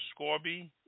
Scorby